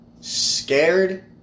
scared